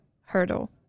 hurdle